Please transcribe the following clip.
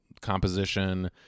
composition